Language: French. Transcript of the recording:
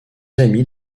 amis